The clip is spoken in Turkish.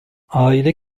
aile